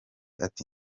ati